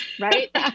right